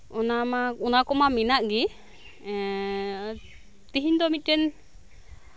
ᱚᱱᱟ ᱢᱟ ᱚᱱᱟ ᱠᱚᱢᱟ ᱢᱮᱱᱟᱜ ᱜᱮ ᱛᱮᱦᱮᱧ ᱫᱚ ᱢᱤᱫᱴᱮᱱ